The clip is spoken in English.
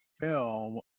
film